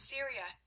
Syria